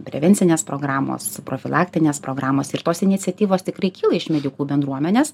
prevencinės programos profilaktinės programos ir tos iniciatyvos tikrai kyla iš medikų bendruomenės